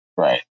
Right